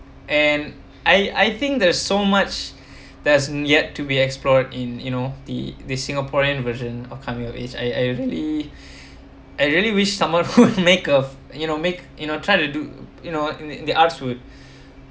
and I I think there's so much that's yet to be explored in you know the the singaporean version of coming of age I I really I really wish someone who make of you know make you know try to do you know the the arts would